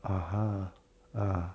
uh !huh! uh uh